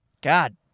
God